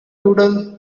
doodle